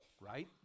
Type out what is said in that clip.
right